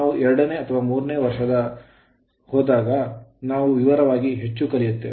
ನಾವು ಎರಡನೇ ಅಥವಾ ಮೂರನೇ ವರ್ಷಕ್ಕೆ ಹೋದಾಗ ನಾವು ವಿವರವಾಗಿ ಹೆಚ್ಚು ಕಲಿಯುತ್ತೇವೆ